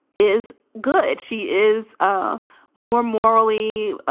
is good. she is um more morally ah